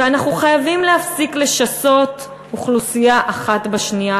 ואנחנו חייבים להפסיק לשסות אוכלוסייה אחת בשנייה,